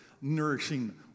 nourishing